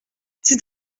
c’est